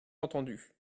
entendu